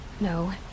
No